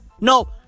No